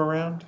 around